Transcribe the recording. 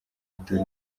bitaro